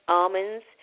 almonds